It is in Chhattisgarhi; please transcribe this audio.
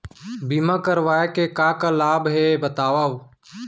बीमा करवाय के का का लाभ हे बतावव?